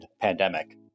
pandemic